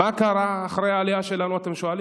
מה קרה אחרי העלייה שלנו, אתם שואלים.